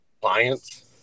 clients